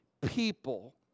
people